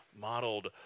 modeled